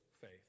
faith